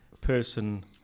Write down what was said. person